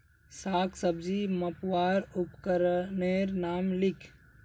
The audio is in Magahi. साग सब्जी मपवार उपकरनेर नाम लिख?